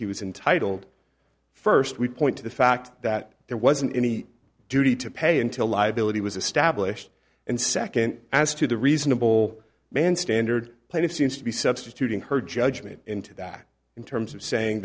he was entitled first we point to the fact that there wasn't any duty to pay until liability was a stablished and second as to the reasonable man standard plaintiff seems to be substituting her judgment into that in terms of saying